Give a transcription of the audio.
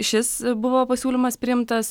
šis buvo pasiūlymas priimtas